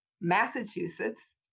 Massachusetts